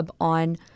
on